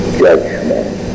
judgment